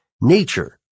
nature